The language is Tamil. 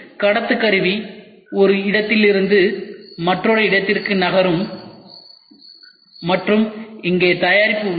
கடத்து கருவி ஒரு இடத்திலிருந்து மற்றொரு இடத்திற்கு நகரும் மற்றும் இங்கே தயாரிப்பு உள்ளது